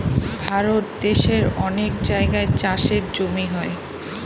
ভারত দেশের অনেক জায়গায় চাষের জমি হয়